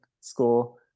school